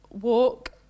walk